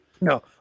No